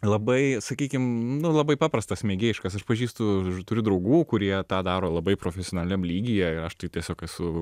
labai sakykim nu labai paprastas mėgėjiškas aš pažįstu turiu draugų kurie tą daro labai profesionaliam lygyje aš tai tiesiog esu